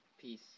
Peace